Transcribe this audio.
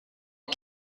der